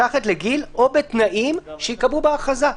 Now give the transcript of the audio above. מתחת לגיל או בתנאים שייקבעו בהכרזה.